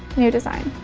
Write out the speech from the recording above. new design.